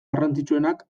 garrantzitsuenak